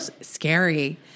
scary